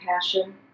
Passion